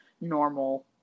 normal